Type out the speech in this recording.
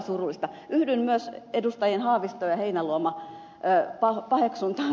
yhdyn myös edustajien haavisto ja heinäluoma paheksuntaan